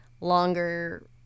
longer